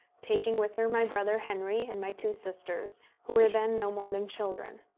taking with her my brother henry and my two sisters, who were then no more than children.